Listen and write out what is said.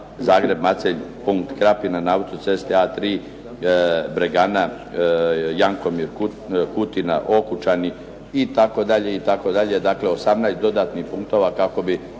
Zagreb-Macelj punkt Krapina, na auto-cesti A3 Bregana, Jankomir, Kutina, Okučani itd. Dakle, 18 dodatnih punktova kako bi